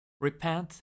Repent